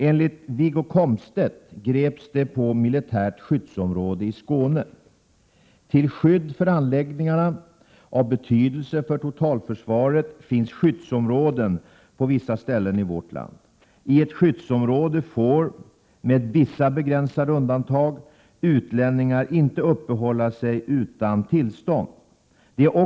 Enligt Wiggo Kom 20 maj 1988 Till skydd för anläggningar av betydelse för totalförsvaret finns skyddsom =,=./ ö Ån å : länningar som vistas råden på vissa ställen i vårt land. I ett skyddsområde får — med vissa —. sä Z E : 7: ”- inommilitärt skyddsbegränsade undantag — utlänningar inte uppehålla sig utan tillstånd. Det är ömråde.